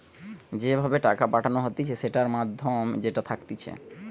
যে ভাবে টাকা পাঠানো হতিছে সেটার মাধ্যম যেটা থাকতিছে